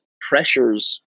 pressures